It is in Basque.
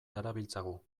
darabiltzagu